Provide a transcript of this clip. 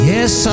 Yes